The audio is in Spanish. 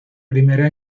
primera